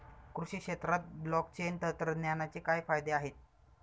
कृषी क्षेत्रात ब्लॉकचेन तंत्रज्ञानाचे काय फायदे आहेत?